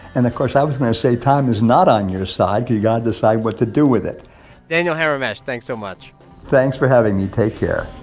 and of course, i was going to say, time is not on your side. you got to decide what to do with it daniel hamerhesh, thanks so much thanks for having me. take care